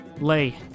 Lay